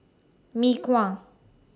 Mee Kuah